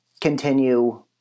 continue